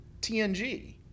TNG